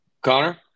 Connor